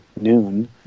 noon